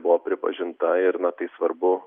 buvo pripažinta ir na tai svarbu